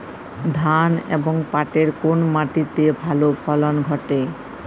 ধান এবং পাটের কোন মাটি তে ভালো ফলন ঘটে?